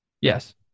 Yes